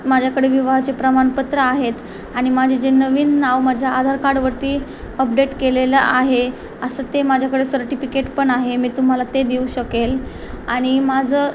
माझ्याकडे विवाहाचे प्रमाणपत्र आहेत आणि माझे जे नवीन नाव माझ्या आधार कार्डवरती अपडेट केलेलं आहे असं ते माझ्याकडे सर्टिफिकेट पण आहे मी तुम्हाला ते देऊ शकेल आणि माझं